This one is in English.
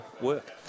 work